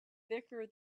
thicker